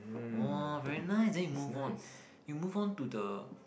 !wah! very nice then you move on you move on to the